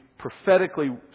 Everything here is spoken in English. prophetically